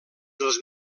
dels